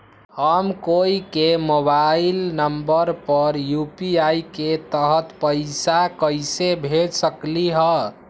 हम कोई के मोबाइल नंबर पर यू.पी.आई के तहत पईसा कईसे भेज सकली ह?